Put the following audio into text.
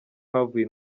havuye